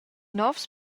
novs